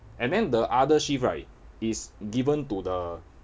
and then the other shift right is given to the